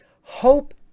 hope